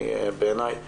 היא בעיניי